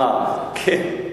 אה, כן,